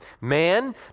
Man